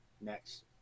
next